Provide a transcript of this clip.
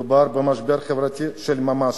מדובר במשבר חברתי של ממש,